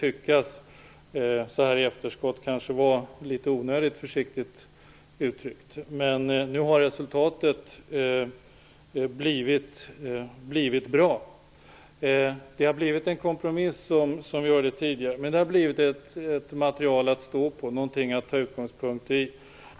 Det kan så här i efterskott tyckas vara litet onödigt försiktigt uttryckt, men resultatet har blivit bra. Som vi hörde tidigare är det här en kompromiss. Men man har fått fram ett material att stå på, någonting att ha utgångspunkt i.